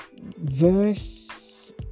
verse